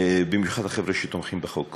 במיוחד החבר'ה שתומכים בחוק.